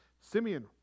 Simeon